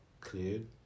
cleared